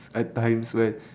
at times where